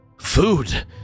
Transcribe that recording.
Food